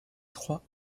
trois